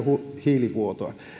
hiilivuotoa